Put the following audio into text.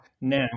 Now